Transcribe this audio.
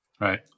Right